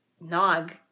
Nog